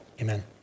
amen